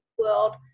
world